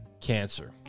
cancer